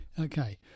Okay